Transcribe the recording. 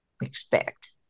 expect